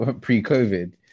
pre-COVID